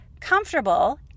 comfortable